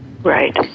Right